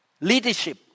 leadership